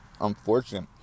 Unfortunate